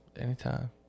anytime